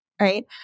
right